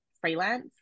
freelance